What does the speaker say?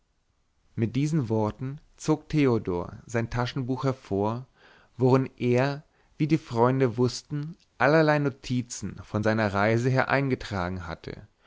mit diesen worten zog theodor sein taschenbuch hervor worin er wie die freunde wußten allerlei notizen von seiner reise her eingetragen hatte